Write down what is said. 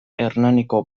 hernaniko